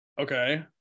Okay